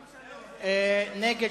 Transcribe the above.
נגד,